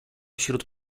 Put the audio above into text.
wśród